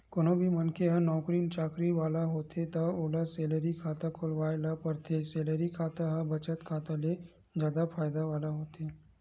कोनो भी मनखे ह नउकरी चाकरी वाला होथे त ओला सेलरी खाता खोलवाए ल परथे, सेलरी खाता ह बचत खाता ले जादा फायदा वाला होथे